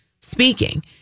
speaking